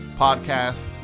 podcast